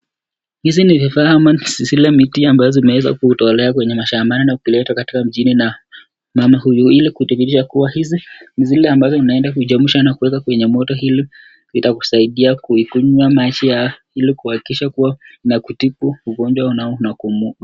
Hizi ni vifaa ama zile miti ambazo zimeweza kutolewa kwenye mashambani na kuletwa katika mjini na mama huyu ili kuthibitisha kuwa hizi ni zile ambazo unaenda kuchemsha na kuweka kwenye moto ili itakusaidia kuikunywa maji yake, ili kuhakikisha inakutibu ugonjwa.